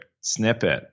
snippet